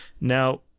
Now